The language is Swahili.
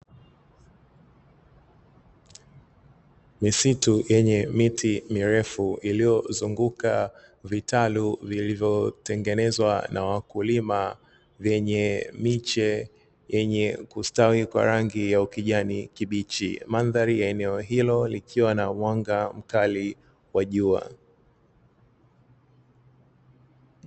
Misitu yenye miti mirefu iliyozunguka vitalu vilivyotengenezwa na wakulima wenye miche yenye kustawi kwa rangi ya ukijani kibichi, mandhari ya eneo hilo likiwa na mwanga mkali wa jua.